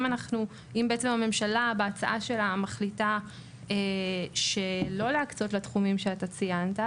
אם הממשלה מחליטה בהצעה שלה שלא להקצות לתחומים שאתה ציינת,